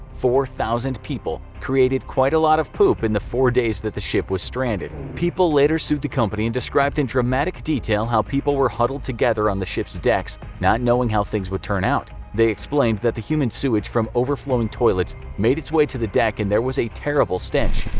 four thousand people created quite a lot of poop in the four days that the ship was stranded. people later sued the company and described in dramatic detail how people were huddled together on the ship's decks not knowing how things would turn out. they explained that the human sewage from overflowing toilets made its way to the deck and there was a terrible stench.